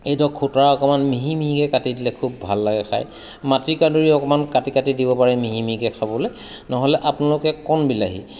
এই ধৰক খুতৰা অকণমান মিহি মিহিকৈ কাটি দিলে খুব ভাল লাগে খায় মাটিকাঁদুৰি অকণমান কাটি কাটি দিব পাৰে মিহি মিহিকৈ খাবলৈ নহ'লে আপোনালোকে কণ বিলাহী